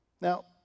Now